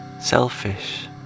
selfish